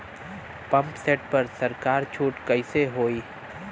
Pump set पर सरकार छूट कईसे होई?